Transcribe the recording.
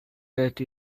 that